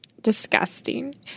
Disgusting